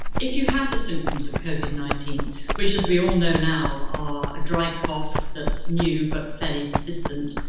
if you have the symptoms of covid nineteen which as we all know now are a dry cough that's new but fairly persistent,